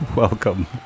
Welcome